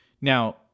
Now